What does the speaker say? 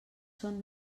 són